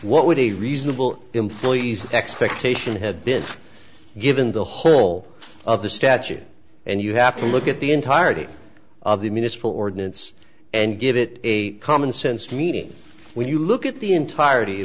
what would be reasonable employees expectation had been given the whole of the statute and you have to look at the entirety of the municipal ordinance and give it a commonsense meaning when you look at the entire